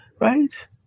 Right